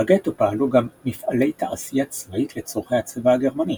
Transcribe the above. בגטו פעלו גם מפעלי תעשייה צבאית לצורכי הצבא הגרמני,